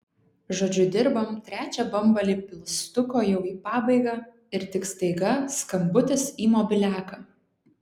žodžiu dirbam trečią bambalį pilstuko jau į pabaigą ir tik staiga skambutis į mobiliaką